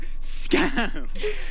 scam